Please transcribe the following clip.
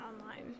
online